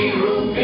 room